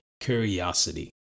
curiosity